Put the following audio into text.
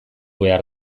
behar